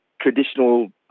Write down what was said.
traditional